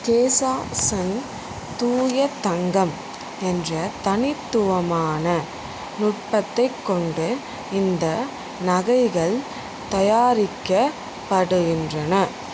கேசா சன் தூய தங்கம் என்ற தனித்துவமான நுட்பத்தைக் கொண்டு இந்த நகைகள் தயாரிக்கப்படுகின்றன